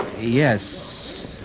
Yes